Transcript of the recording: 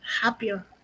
happier